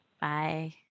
Bye